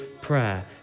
prayer